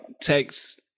text